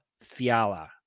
Fiala